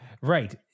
Right